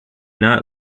not